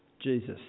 Jesus